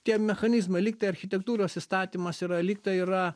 tie mechanizmai lygtai architektūros įstatymas yra lygtai yra